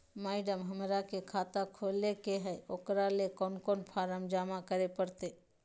Madam, हमरा के खाता खोले के है उकरा ले कौन कौन फारम जमा करे परते?